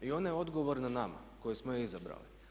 I ona je odgovorna nama koji smo je izabrali.